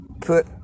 put